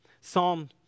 Psalm